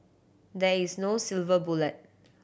there is no silver bullet